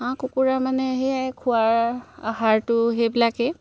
হাঁহ কুকুৰা মানে সেয়াই খোৱাৰ আহাৰটো সেইবিলাকেই